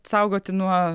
saugoti nuo